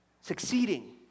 Succeeding